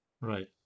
right